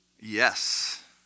Yes